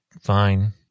fine